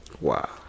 Wow